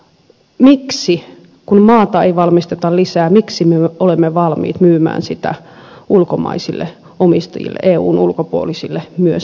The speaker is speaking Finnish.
kun maata ei valmisteta lisää miksi me olemme valmiit myymään sitä ulkomaisille omistajille eun ulkopuolisille myös